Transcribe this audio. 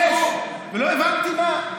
יש, ולא הבנתי מה.